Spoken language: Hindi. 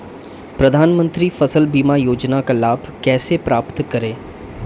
प्रधानमंत्री फसल बीमा योजना का लाभ कैसे प्राप्त करें?